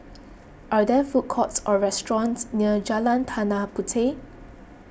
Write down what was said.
are there food courts or restaurants near Jalan Tanah Puteh